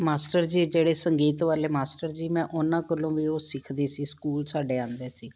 master ji ਜਿਹੜੇ ਸੰਗੀਤ ਵਾਲੇ ਮਾਸਟਰ ਜੀ ਮੈਂ ਉਹਨਾਂ ਕੋਲੋਂ ਵੀ ਉਹ ਸਿੱਖਦੀ ਸੀ ਸਕੂਲ ਸਾਡੇ ਆਉਂਦੇ ਸੀ